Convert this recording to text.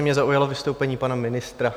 Mě zaujalo vystoupení pana ministra.